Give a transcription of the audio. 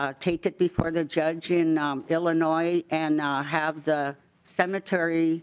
um take it before the judge in um illinois and have the cemetery